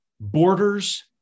borders